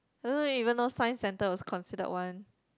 I don't know eh even though science centre was considered one